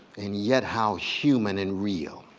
and yet how human and real.